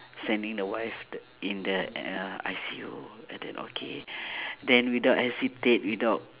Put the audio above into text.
sending the wife the in the uh I_C_U and then okay then without hesitate without